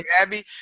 Abby